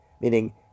meaning